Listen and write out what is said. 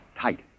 tight